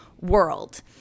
world